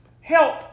help